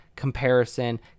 comparison